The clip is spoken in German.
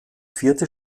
vierte